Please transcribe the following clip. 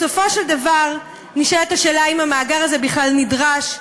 בסופו של דבר נשאלה השאלה: האם המאגר הזה בכלל נדרש?